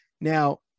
now